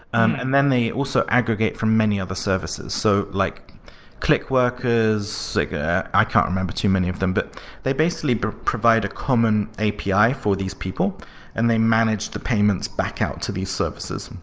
and then they also aggregate for many other services, so like click workers like ah i can't remember too many of them. but they basically but provide a common api for for these people and they manage the payments back out to these services.